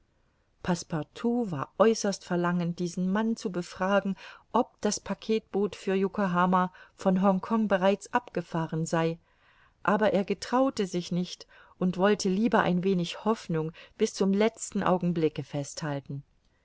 war äußerst verlangend diesen mann zu befragen ob das packetboot für yokohama von hongkong bereits abgefahren sei aber er getraute sich nicht und wollte lieber ein wenig hoffnung bis zum letzten augenblicke festhalten